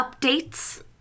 updates